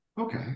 Okay